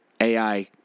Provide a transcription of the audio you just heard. AI